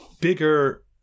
bigger